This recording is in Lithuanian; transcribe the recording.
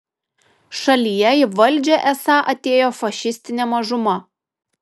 šalyje į valdžią esą atėjo fašistinė mažuma